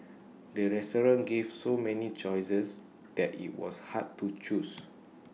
the restaurant gave so many choices that IT was hard to choose